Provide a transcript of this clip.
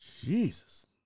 Jesus